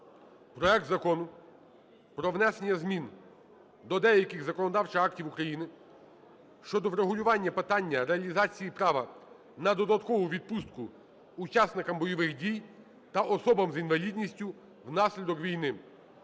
проект Закону про внесення змін до деяких законодавчих актів України щодо врегулювання питання реалізації права на додаткову відпустку учасникам бойових дій та особам з інвалідністю внаслідок війни